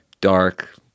dark